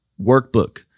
workbook